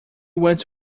want